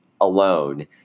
alone